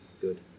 good